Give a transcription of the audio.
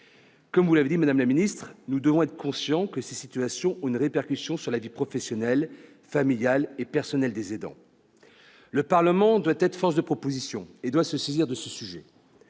Comme vous l'avez dit, madame la secrétaire d'État, nous devons être conscients que ces situations se répercutent sur la vie professionnelle, familiale et personnelle des aidants. Le Parlement doit être force de proposition et se saisir de ce sujet,